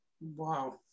wow